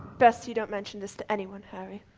best you don't mention this to anyone, harry.